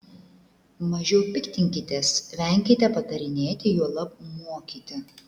mažiau piktinkitės venkite patarinėti juolab mokyti